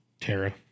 Tara